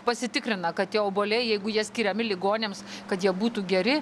pasitikrina kad tie obuoliai jeigu jie skiriami ligoniams kad jie būtų geri